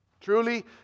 Truly